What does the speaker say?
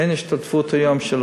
אין היום השתתפות של הורים,